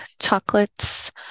chocolates